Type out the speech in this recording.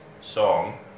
Song